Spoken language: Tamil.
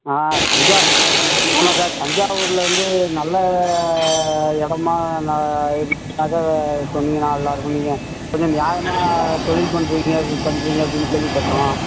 ஆ தஞ்சா ஆமாம் சார் தஞ்சாவூரில் வந்து நல்ல இடமா நான் எது அதா சொன்னீங்கன்னால் நல்லாயிருக்கும் நீங்கள் கொஞ்சம் நியாயமாக தொழில் பண்ணுறீங்க வு பண்ணுறீங்க அப்படின்னு கேள்விப்பட்டோம்